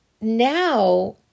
now